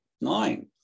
nine